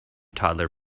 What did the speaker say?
toddler